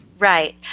Right